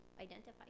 identify